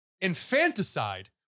infanticide